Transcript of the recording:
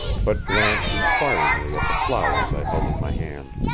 but glanced inquiringly at the flowers i held in my hand.